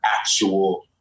actual